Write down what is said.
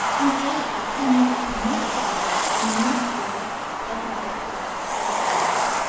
and therewithal he knew of more proverbs, than in this world there groweth grass or herbs.